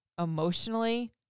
emotionally